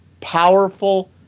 powerful